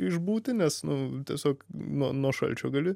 išbūti nes nu tiesiog nuo nuo šalčio gali